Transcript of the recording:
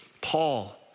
Paul